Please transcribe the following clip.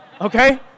Okay